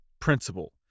principle